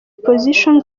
position